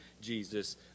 Jesus